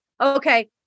okay